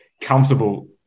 comfortable